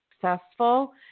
successful